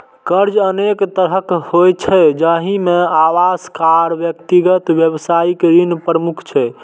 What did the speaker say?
कर्ज अनेक तरहक होइ छै, जाहि मे आवास, कार, व्यक्तिगत, व्यावसायिक ऋण प्रमुख छै